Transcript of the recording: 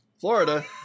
florida